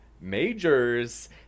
majors